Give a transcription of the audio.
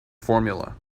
formula